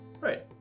Right